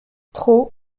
trop